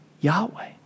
Yahweh